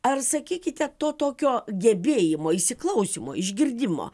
ar sakykite to tokio gebėjimo įsiklausymo išgirdimo